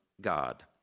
God